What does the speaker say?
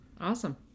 Awesome